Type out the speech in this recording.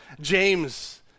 James